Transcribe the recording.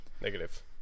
Negative